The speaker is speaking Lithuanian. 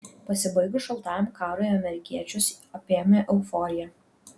pasibaigus šaltajam karui amerikiečius apėmė euforija